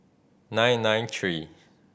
nine nine three